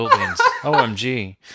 OMG